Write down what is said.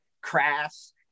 Crass